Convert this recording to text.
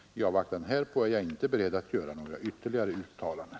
I avvaktan härpå är jag inte beredd att göra några ytterligare uttalanden.